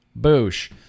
Boosh